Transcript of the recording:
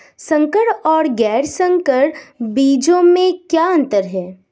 संकर और गैर संकर बीजों में क्या अंतर है?